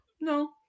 No